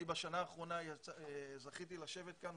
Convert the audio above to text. בשנה האחרונה זכיתי לשבת כאן,